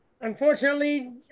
unfortunately